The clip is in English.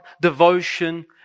devotion